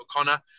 O'Connor